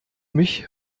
mich